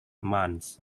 months